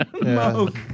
smoke